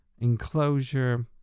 enclosure